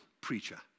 preacher